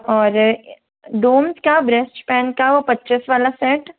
और डोम्स का brush pen का वो पचीस वाला सेट